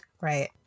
Right